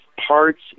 parts